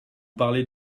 parlez